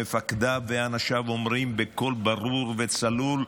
ומפקדיו ואנשיו אומרים בקול ברור וצלול: